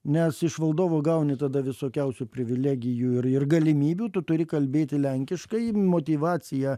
nes iš valdovo gauni tada visokiausių privilegijų ir ir galimybių tu turi kalbėti lenkiškai motyvacija